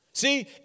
See